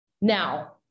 Now